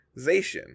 zation